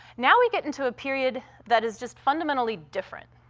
now we get into a period that is just fundamentally different.